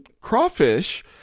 crawfish